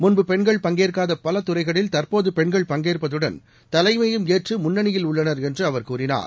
முன்பு பெண்கள் பங்கேற்காத பல துறைகளில் தற்போது பெண்கள் பங்கேற்பதுடன் தலைமையும் ஏற்று முன்னணியில் உள்ளனா் என்று அவர் கூறினார்